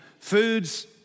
foods